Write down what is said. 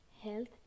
health